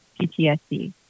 PTSD